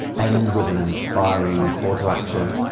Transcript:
end with an inspiring call to action.